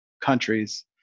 countries